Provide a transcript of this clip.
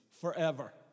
Forever